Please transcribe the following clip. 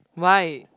why